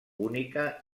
única